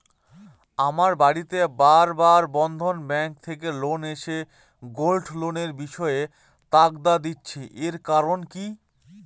আমার বাড়িতে বার বার বন্ধন ব্যাংক থেকে লোক এসে গোল্ড লোনের বিষয়ে তাগাদা দিচ্ছে এর কারণ কি?